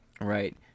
Right